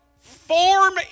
form